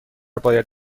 باید